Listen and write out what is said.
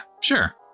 sure